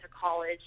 college